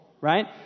Right